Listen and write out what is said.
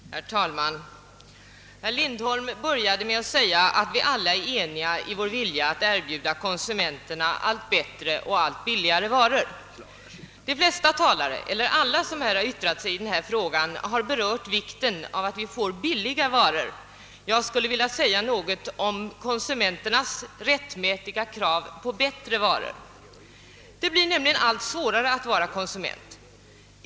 Herr talman! Herr Lindholm började med att säga, att vi alla är eniga i vår vilja att erbjuda konsumenterna allt bättre och allt billigare varor. De flesta talare som yttrat sig i denna fråga har berört vikten av att vi får billiga varor. Jag skulle vilja säga något om konsumenternas rättmätiga krav på bättre varor. Det blir nämligen allt svårare att vara konsument.